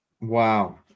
Wow